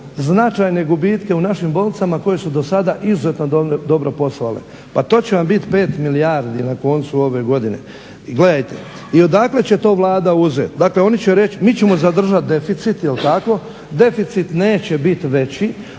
značajne gubitke u našim bolnicama koje su dosada izuzetno dobro poslovale pa to će vam biti 5 milijardi na koncu ove godine. I gledajte, odakle će to Vlada uzeti? Dakle oni će reći, mi ćemo zadržati deficit jel' tako, deficit neće biti veći,